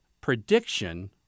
prediction